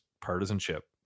partisanship